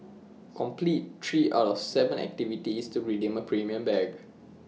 complete three out of Seven activities to redeem A premium bag